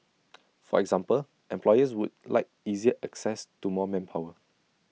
for example employers would like easier access to more manpower